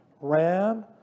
Ram